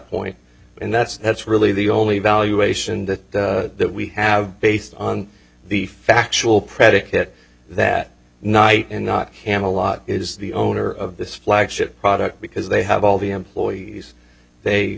point and that's that's really the only valuation that that we have based on the factual predicate that night and not camelot is the owner of this flagship product because they have all the employees they